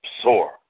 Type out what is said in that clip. absorb